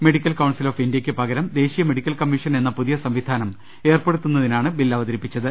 medical council of ഇന്തൃക്ക് പകരം ദേശീയ മെഡിക്കൽ കമ്മീഷൻ എന്ന പുതിയ സംവിധാനം ഏർപ്പെടുത്തുന്നതിനാണ് ബിൽ അവതരിപ്പിച്ചത്